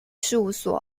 事务所